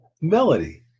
melody